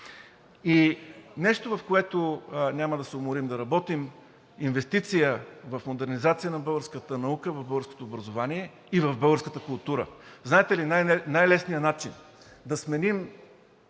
И нещо, за което няма да се уморим да работим – инвестиции в организацията на българската наука, българското образование и българската култура. Знаете ли, че най-лесният начин да сменим